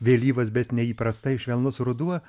vėlyvas bet neįprastai švelnus ruduo